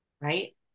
right